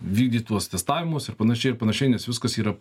vykdyt tuos testavimus ir panašiai ir panašiai nes viskas yra